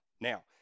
Now